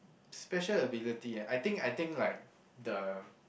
special ability I think I think like the